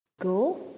go